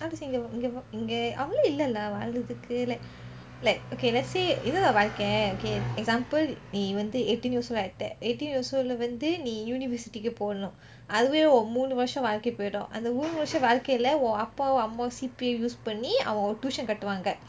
how to say இங்க இங்க இங்க அவளோ இல்லை:inge inge inge avalo illai lah வாழ்றதுக்கு:vazhrethuku like like okay let's say என்ன தெரிமா வாழ்க்கை:enna therima vazhkai okay example நீ வந்து:nee vanthu eighteen years old டே:aaite eighteen years old லே வந்து நீ:le vanthu nee university க்கு போனும் அதுவே உன் மூணு வருஷம் வாழ்க்கை போயிரும் அந்த மூணு வருஷம் வாழ்க்கையில உன் அப்பாவும் அம்மாவும்:kku ponum athuveh un moonu varushom vaazhkai poirum antha moonu varushom vaazhkaiyle un appavum ammavum C_P_F use பண்ணி அவங்க:panni avenge tuition கட்டுவாங்க:kattuvaange